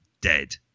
dead